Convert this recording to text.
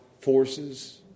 forces